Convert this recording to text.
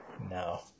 no